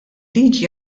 liġi